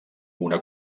una